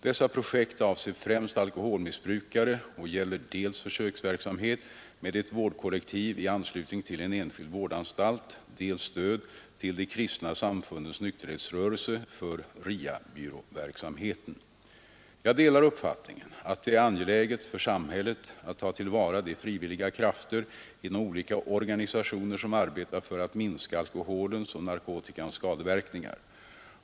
Dessa projekt avser främst alkoholmissbrukare och gäller dels försöksverksamhet med ett vårdkollektiv i anslutning till en enskild vårdanstalt, dels stöd till De kristna samfundens nykterhetsrörelse för RIA-byråverksamheten. Jag delar uppfattningen att det är angeläget för samhället att ta till vara de frivilliga krafter inom olika organisationer som arbetar för att minska alkoholens och narkotikans skadeverkningar.